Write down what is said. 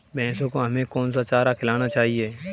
भैंसों को हमें कौन सा चारा खिलाना चाहिए?